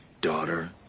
daughter